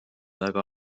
väga